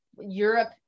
europe